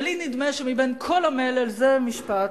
ולי נדמה שמבין כל המלל זה המשפט,